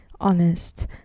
honest